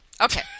okay